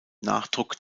nachdruck